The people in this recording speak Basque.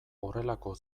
horrelako